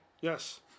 Yes